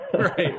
Right